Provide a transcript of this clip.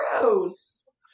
gross